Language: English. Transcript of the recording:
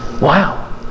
wow